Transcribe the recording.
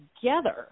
together